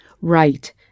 Right